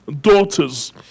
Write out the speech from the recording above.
daughters